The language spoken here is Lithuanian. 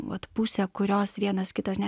vat pusę kurios vienas kitas ne